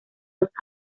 dos